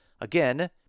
again